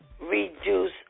Reduce